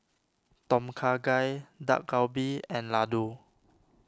Tom Kha Gai Dak Galbi and Ladoo